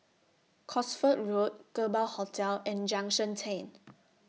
Cosford Road Kerbau Hotel and Junction ten